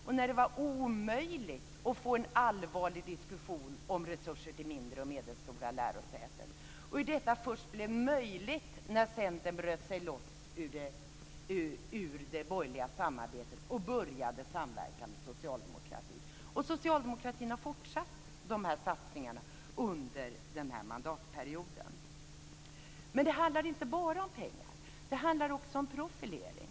Då var det omöjligt att få en allvarlig diskussion om resurser till mindre och medelstora lärosäten. Det blev möjligt först när Centern bröt sig loss ur det borgerliga samarbetet och började samverka med socialdemokratin. Socialdemokratin har fortsatt dessa satsningar under den här mandatperioden. Men det handlar inte bara om pengar. Det handlar också om profilering.